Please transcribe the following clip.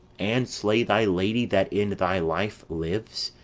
and slay thy lady that in thy life lives,